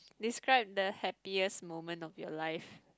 describe the happiest moment of your life